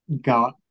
got